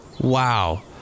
Wow